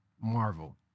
Marvel